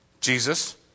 Jesus